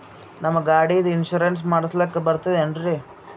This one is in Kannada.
ನಮ್ಮ ಗಾಡಿದು ಇನ್ಸೂರೆನ್ಸ್ ಮಾಡಸ್ಲಾಕ ಬರ್ತದೇನ್ರಿ?